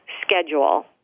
schedule